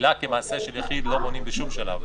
התפילה כמעשה של יחיד לא מונעים בשום שלב.